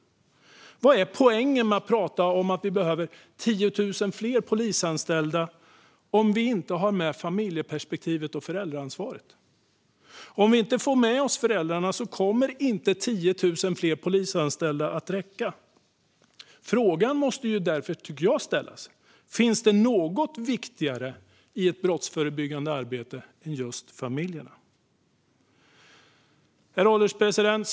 Vad är poängen med att prata om tiotusen fler polisanställda om man inte har med familjeperspektivet och föräldraansvaret? Om vi inte får med oss föräldrarna kommer inte tiotusen fler polisanställda att räcka. Frågan som måste ställas är: Finns det något viktigare i ett brottsförebyggande arbete än just familjen? Herr ålderspresident!